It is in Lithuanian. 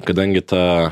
kadangi ta